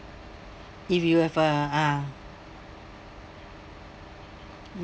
if you have a ah